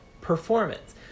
performance